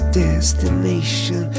destination